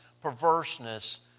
perverseness